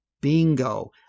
Bingo